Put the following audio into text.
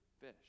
fish